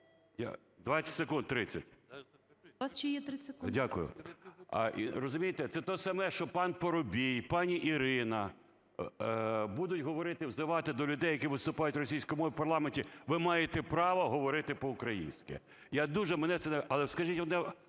30. ГОЛОВУЮЧИЙ. У вас ще є 30 секунд. ЛЕСЮК Я.В. Дякую Розумієте? Це те саме, що панПарубій, пані Ірина будуть говорити, взивати до людей, які виступають російською мовою в парламенті: "Ви маєте право говорити по-українськи". Я дуже, мене це... Але скажіть